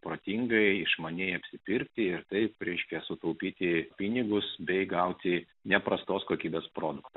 protingai išmaniai apsipirkti ir tai reiškia sutaupyti pinigus bei gauti neprastos kokybės produktų